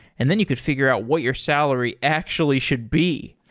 and then you could figure out what your salary actually should be.